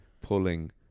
pulling